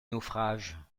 naufrage